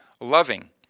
loving